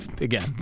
Again